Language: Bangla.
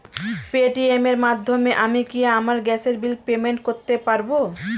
পেটিএম এর মাধ্যমে আমি কি আমার গ্যাসের বিল পেমেন্ট করতে পারব?